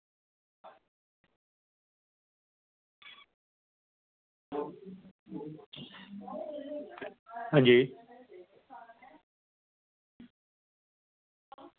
हां जी